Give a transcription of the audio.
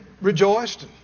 rejoiced